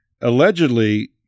allegedly